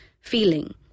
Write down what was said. feeling